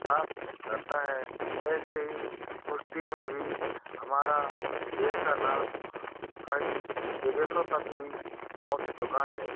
प्राप्त करता है ऐसे ही कुश्ती में भी हमारा देश का नाम कहीं विदेशों तक भी पहुँच चुका है